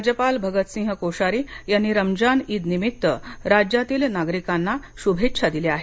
राज्यपाल भगतसिंह कोश्यारी यांनी रमजान ईद निमित्त राज्यातील नागरिकांना शूभेच्छा दिल्या आहेत